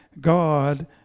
God